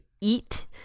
eat